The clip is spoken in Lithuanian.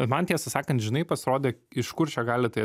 man tiesą sakant žinai pasirodė iš kur čia gali tai